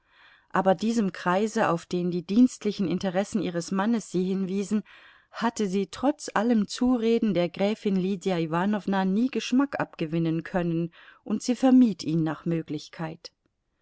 aber diesem kreise auf den die dienstlichen interessen ihres mannes sie hinwiesen hatte sie trotz allem zureden der gräfin lydia iwanowna nie geschmack abgewinnen können und sie vermied ihn nach möglichkeit